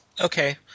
Okay